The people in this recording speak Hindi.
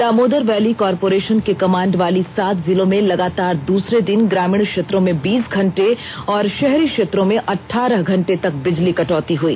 दामोदर वैली कारपोरेषन के कमांड वाली सात जिलो में लगातार दूसरे दिन ग्रामीण क्षेत्रों में बीस घंटे और षहरी क्षेत्रों में अठारह घंटे तक बिजली कटौती हुई